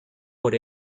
por